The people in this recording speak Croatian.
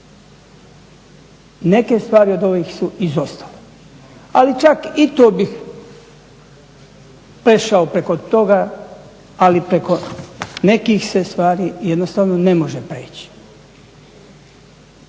Neke stvari od ovih su izostale. Ali čak i to bih prešao preko toga, ali preko nekih se stvari jednostavno ne može prijeći.